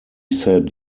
said